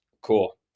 Cool